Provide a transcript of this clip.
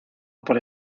por